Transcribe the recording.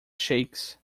shakes